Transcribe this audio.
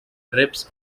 rips